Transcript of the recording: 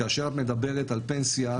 וכאשר את מדברת על פנסיה,